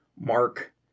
Mark